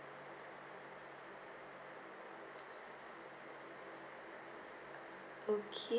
okay